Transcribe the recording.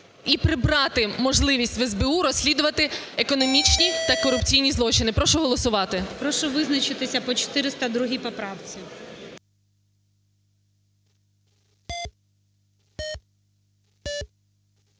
і прибрати можливість в СБУ розслідувати економічні та корупційні злочини. Прошу голосувати. ГОЛОВУЮЧИЙ. Прошу визначитися по 402 поправці.